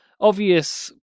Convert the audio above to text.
obvious